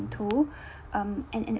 um an advice